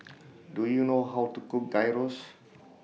Do YOU know How to Cook Gyros